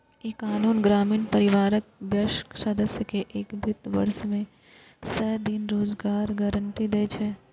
ई कानून ग्रामीण परिवारक वयस्क सदस्य कें एक वित्त वर्ष मे सय दिन रोजगारक गारंटी दै छै